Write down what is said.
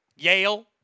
Yale